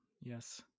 Yes